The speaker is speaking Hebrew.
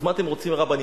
אז מה אתם רוצים מרבנים,